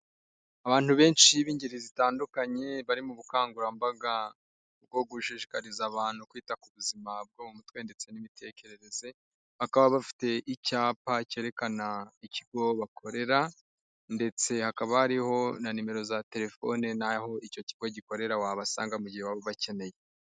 Abantu benshi b'ingeri zitandukanye, bari mu bukangurambaga bwo gushishikariza abantu kwita ku buzima bwo mu mutwe ndetse n'imitekerereze, bakaba bafite icyapa cyerekana ikigo bakorera ndetse hakaba hariho na nimero za telefone n’aho icyo kigo gikorera wabasanga mu gihe waba ubakeneye.